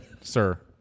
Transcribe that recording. Sir